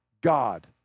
God